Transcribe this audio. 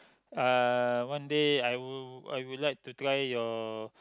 uh one day I will I will like to try your